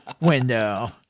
window